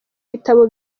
ibitabo